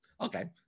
Okay